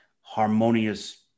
harmonious